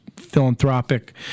Philanthropic